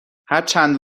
هرچند